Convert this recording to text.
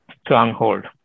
stronghold